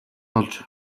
олж